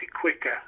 quicker